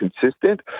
consistent